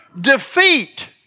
defeat